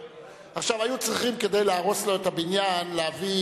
כדי להרוס לו את הבניין היו צריכים להביא